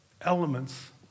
elements